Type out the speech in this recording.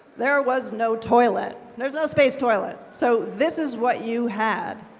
there was no toilet. there's no space toilet. so this is what you had.